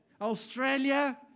Australia